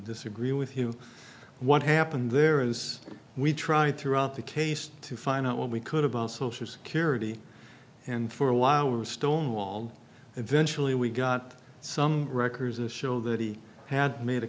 disagree with you what happened there is we tried throughout the case to find out what we could about social security and for a while we were stonewalled eventually we got some records this show that he had made a